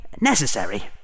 necessary